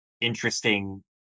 interesting